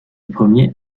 premier